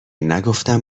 نگفتم